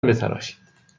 بتراشید